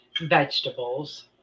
vegetables